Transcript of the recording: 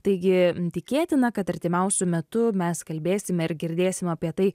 taigi tikėtina kad artimiausiu metu mes kalbėsime ir girdėsime apie tai